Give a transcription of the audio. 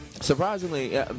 surprisingly